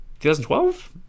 2012